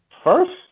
First